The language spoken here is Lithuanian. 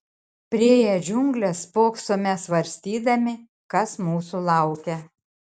priėję džiungles spoksome svarstydami kas mūsų laukia